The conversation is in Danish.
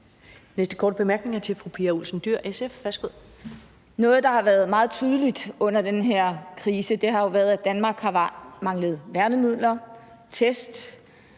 Dyhr, SF. Værsgo. Kl. 14:13 Pia Olsen Dyhr (SF): Noget, der har været meget tydeligt under den her krise, har jo været, at Danmark har manglet værnemidler, test,